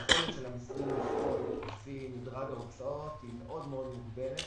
היכולת של המשרדים לפעול לפי מדרג ההוצאות היא מאוד מאוד מוגבלת.